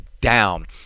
down